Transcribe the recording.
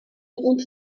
und